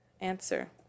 Answer